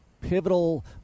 pivotal